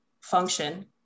function